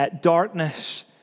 darkness